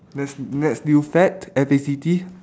next next new fact F A C T